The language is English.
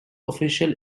official